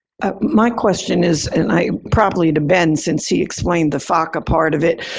my question is and i properly to ben since he explained the faca part of it.